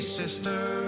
sister